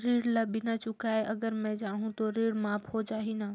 ऋण ला बिना चुकाय अगर मै जाहूं तो ऋण माफ हो जाही न?